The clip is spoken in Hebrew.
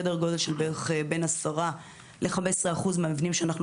כאשר סדר גודל של בין 10 ל-15 אחוזים מהמבנים שאנחנו